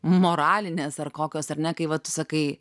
moralinės ar kokios ar ne kai vat tu sakai